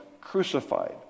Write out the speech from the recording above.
crucified